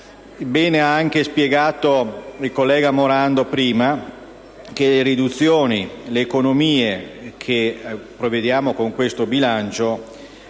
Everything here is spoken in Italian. Bene ha spiegato il collega Morando in precedenza che le riduzioni, le economie che prevediamo con questo bilancio